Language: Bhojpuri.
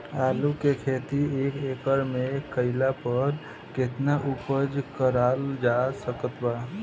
आलू के खेती एक एकड़ मे कैला पर केतना उपज कराल जा सकत बा?